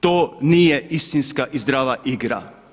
To nije istinska i zdrava igra.